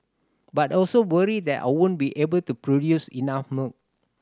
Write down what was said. but also worry that I won't be able to produce enough milk